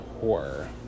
horror